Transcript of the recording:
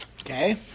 Okay